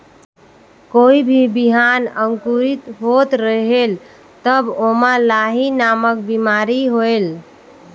कोई भी बिहान अंकुरित होत रेहेल तब ओमा लाही नामक बिमारी होयल?